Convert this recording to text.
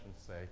say